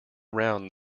around